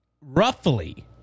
Roughly